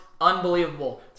unbelievable